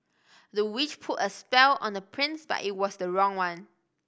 the witch put a spell on the prince but it was the wrong one